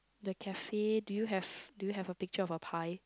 the cafe do you have do you have a picture of a pie